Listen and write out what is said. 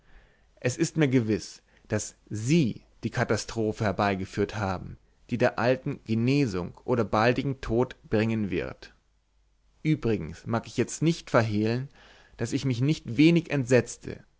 es ist mir gewiß daß sie die katastrophe herbeigeführt haben die der alten genesung oder baldigen tod bringen wird übrigens mag ich jetzt nicht verhehlen daß ich mich nicht wenig entsetzte